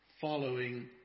following